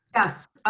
yes.